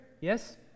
Yes